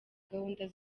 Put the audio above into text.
gahunda